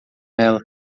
ela